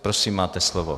Prosím, máte slovo.